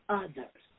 others